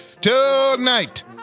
Tonight